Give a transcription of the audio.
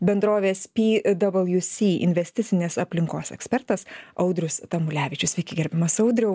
bendrovės pwc investicinės aplinkos ekspertas audrius tamulevičius sveiki gerbiamas audriau